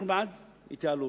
אנחנו בעד התייעלות,